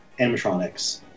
animatronics